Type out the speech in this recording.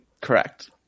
correct